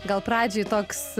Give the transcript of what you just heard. gal pradžiai toks